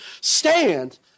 stand